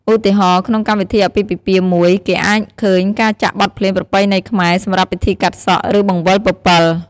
ឧទាហរណ៍ ក្នុងកម្មវិធីអាពាហ៍ពិពាហ៍មួយ គេអាចឃើញការចាក់បទភ្លេងប្រពៃណីខ្មែរសម្រាប់ពិធីកាត់សក់ ឬបង្វិលពពិល។